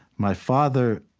my father,